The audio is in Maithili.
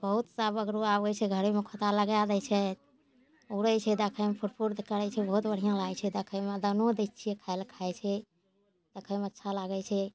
बहुत सा बगरो आबै छै घरहिमे खोँता लगै दै छै उड़ै छै देखैमे फुर्रफुर्र करै छै बहुत बढ़िआँ लागै छै देखैमे दानो दै छिए खाइलए खाइ छै देखैमे अच्छा लागै छै